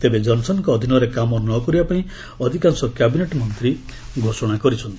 ତେବେ ଜନ୍ସନ୍ଙ୍କ ଅଧୀନରେ କାମ ନ କରିବା ପାଇଁ ଅଧିକାଂଶ କ୍ୟାବିନେଟ୍ ମନ୍ତ୍ରୀ ଘୋଷଣା କରିଛନ୍ତି